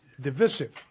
divisive